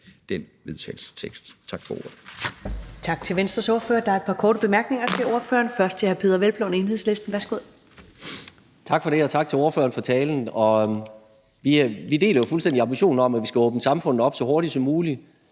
den vedtagelsestekst. Tak for ordet.